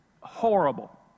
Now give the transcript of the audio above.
horrible